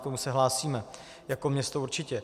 K tomu se hlásíme jako město určitě.